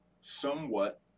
somewhat